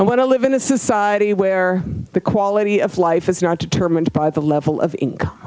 i want to live in a society where the quality of life is not determined by the level of income